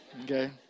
okay